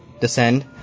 descend